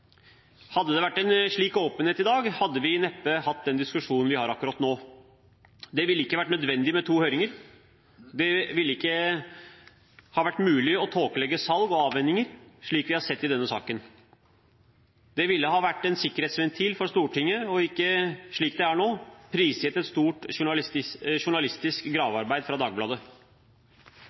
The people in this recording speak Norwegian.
Hadde det vært en slik åpenhet i dag, hadde vi neppe hatt den diskusjonen vi har akkurat nå. Det ville ikke vært nødvendig med to høringer, det ville ikke ha vært mulig å tåkelegge salg og avhendinger, slik vi har sett i denne saken. Det ville ha vært en sikkerhetsventil for Stortinget, og ikke vært prisgitt et stort journalistisk gravearbeid fra Dagbladets side, slik det er nå.